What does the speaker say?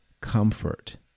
comfort